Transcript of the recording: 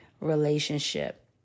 relationship